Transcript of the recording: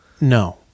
No